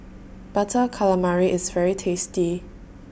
Butter Calamari IS very tasty